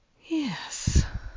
Yes